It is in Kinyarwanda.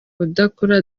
udakora